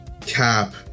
Cap